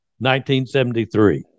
1973